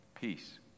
peace